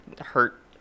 hurt